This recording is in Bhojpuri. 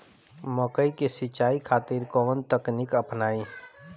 मकई के सिंचाई खातिर कवन तकनीक अपनाई?